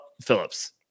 Phillips